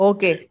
Okay